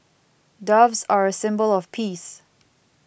doves are a symbol of peace